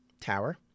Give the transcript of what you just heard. tower